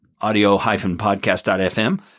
audio-podcast.fm